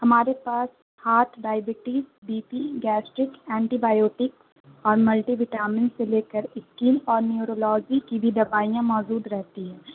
ہمارے پاس heart diabetes B P gastric antibiotic اور ملٹی وٹامن سے لے کر اسکن اور نیورولوجی کی بھی دوائیاں موجود رہتی ہیں